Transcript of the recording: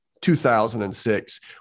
2006